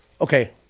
okay